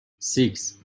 six